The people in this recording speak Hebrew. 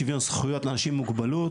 שוויון זכויות לאנשים עם מוגבלות.